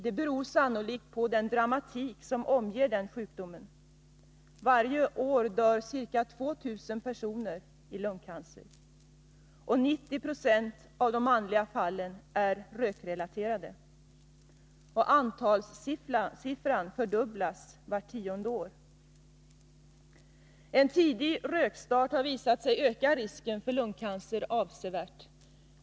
Det beror sannolikt på den dramatik som omger den sjukdomen. Varje år dör ca 2000 personer i lungcancer. 90 96 av de manliga fallen är rökrelaterade. Antalet dödsfall fördubblas vart tionde år. En tidig rökstart har visat sig avsevärt öka risken för lungcancer.